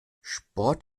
sport